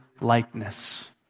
likeness